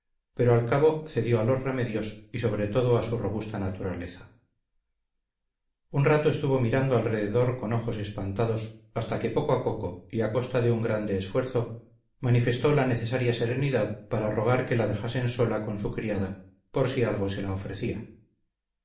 pero al cabo cedió a los remedios y sobre todo a su robusta naturaleza un rato estuvo mirando alrededor con ojos espantados hasta que poco a poco y a costa de un grande esfuerzo manifestó la necesaria serenidad para rogar que la dejasen sola con su criada por si algo se la ofrecía